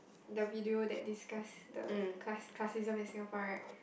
the video that discuss the class~ classism in Singapore right